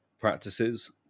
practices